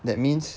that means